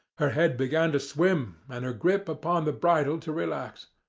her head began to swim, and her grip upon the bridle to relax.